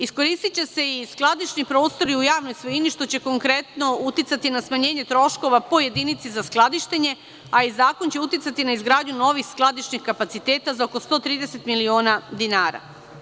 Iskoristiće se skladišni prostori u javnoj svojini, što će konkretno uticati na smanjenje troškova po jedinici za skladištenje, a i zakon će uticati na izgradnju novih skladišnih kapaciteta za oko 130 miliona dinara.